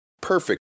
perfect